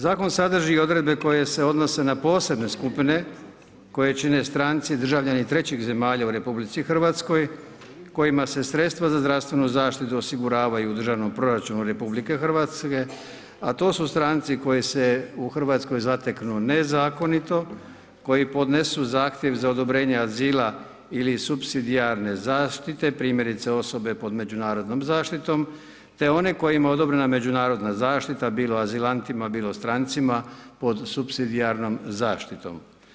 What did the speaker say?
Zakon sadrži i odredbe koje se odnose na posebne skupine koje čine stranci, državljani trećih zemalja u Republici Hrvatskoj kojima se sredstva za zdravstvenu zaštitu osiguravaju u državnom proračunu Republike Hrvatske, a to su stranci koji se u Hrvatskoj zateknu nezakonito, koji podnesu zahtjev za odobrenje azila ili supsidijarne zaštite primjerice osobe pod međunarodnom zaštitom, te one kojima je odobrena međunarodna zaštita bilo azilantima, bilo strancima pod supsidijarnom zaštitom.